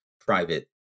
private